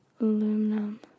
aluminum